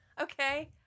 Okay